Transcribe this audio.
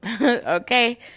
Okay